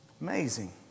Amazing